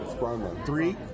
Three